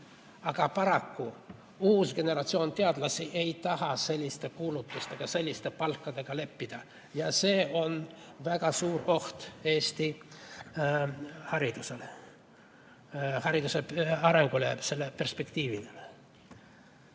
Aga paraku, uus generatsioon teadlasi ei taha selliste kulutuste ega selliste palkadega leppida. See on väga suur oht Eesti haridusele, hariduse arengule ja selle perspektiividele.